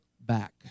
back